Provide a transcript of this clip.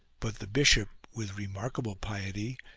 but the bishop, with remarkable piety,